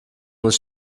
muss